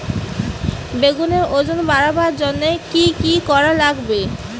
বেগুনের ওজন বাড়াবার জইন্যে কি কি করা লাগবে?